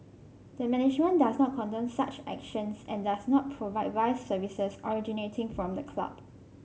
the management does not condone such actions and does not provide vice services originating from the club